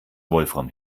wolfram